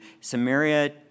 Samaria